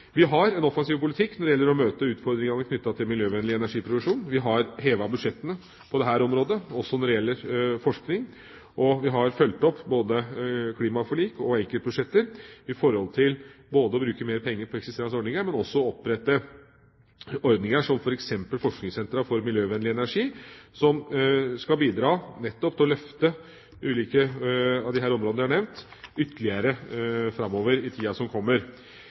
Vi har en offensiv politikk når det gjelder å møte utfordringene knyttet til miljøvennlig energiproduksjon. Vi har hevet budsjettene på dette området også når det gjelder forskning, og vi har fulgt opp både klimaforlik og enkeltbudsjetter når det gjelder både å bruke mer penger på eksisterende ordninger og å opprette ordninger som f.eks. Forskningssentre for miljøvennlig energi, som skal bidra nettopp til å løfte de ulike områdene jeg har nevnt, ytterligere i tiden som kommer.